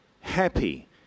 Happy